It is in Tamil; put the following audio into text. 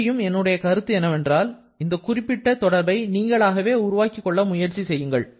மறுபடியும் என்னுடைய கருத்து என்னவென்றால் இந்த குறிப்பிட்ட தொடர்பை நீங்களாகவே உருவாக்கிக்கொள்ள முயற்சி செய்யுங்கள்